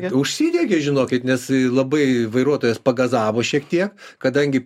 užsidegė žinokit nes labai vairuotojas pagazavo šiek tiek kadangi